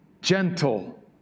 gentle